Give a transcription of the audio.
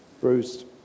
Bruce